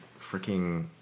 freaking